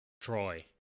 Troy